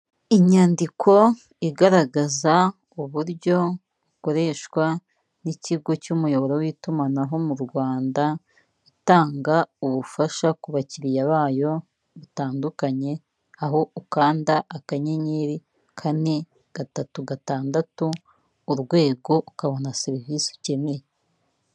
Inyandiko igaragaza uburyo bukoreshwa n'ikigo cy'umuyoboro w'itumanaho mu Rwanda, itanga ubufasha ku bakiriya bayo batandukanye, aho ukanda akanyenyeri, kane, gatatu, gatandatu, urwego, ukabona serivisi ukeneye.